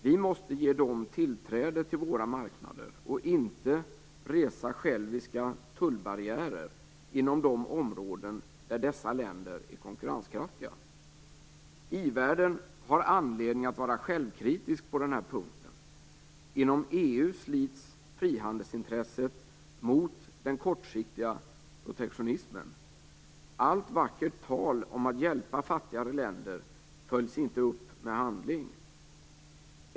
Vi måste ge dem tillträde till våra marknader och inte resa själviska tullbarriärer inom de områden där dessa länder är konkurrenskraftiga. I-världen har anledning att vara självkritisk på den här punkten. Inom EU slits frihandelsintresset mot den kortsiktiga protektionismen. Allt vackert tal om att hjälpa fattigare länder följs inte upp med handling.